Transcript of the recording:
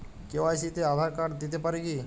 KYC তে Aadhaar card দিতে পারি কি?